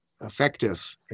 effective